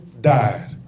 died